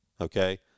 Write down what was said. okay